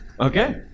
Okay